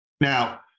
Now